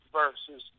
versus